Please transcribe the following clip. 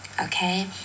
okay